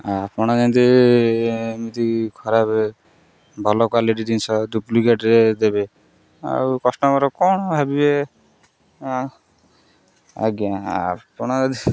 ଆପଣ ଯେମିତି ଏମିତି ଖରାପ ଭଲ କ୍ୱାଲିଟି ଜିନିଷ ଡୁପ୍ଲିକେଟରେ ଦେବେ ଆଉ କଷ୍ଟମର କ'ଣ ଭାବିବେ ଆଜ୍ଞା ଆପଣ ଯଦି